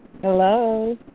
Hello